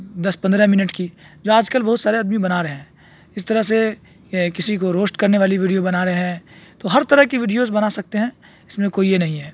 دس پندرہ منٹ کی جو آج کل بہت سارے آدمی بنا رہے ہیں اس طرح سے کسی کو روسٹ کرنے والی ویڈیو بنا رہے ہیں تو ہر طرح کی ویڈیوز بنا سکتے ہیں اس میں کوئی یہ نہیں ہے